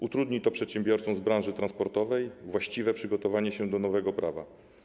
Utrudni to przedsiębiorcom z branży transportowej właściwe przygotowanie się do nowego prawa.